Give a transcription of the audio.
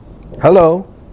Hello